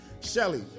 Shelly